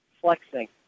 flexing